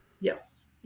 Yes